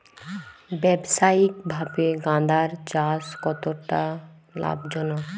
ব্যবসায়িকভাবে গাঁদার চাষ কতটা লাভজনক?